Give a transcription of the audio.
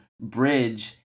bridge